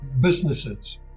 businesses